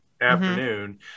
afternoon